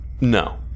no